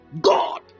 God